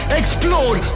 explode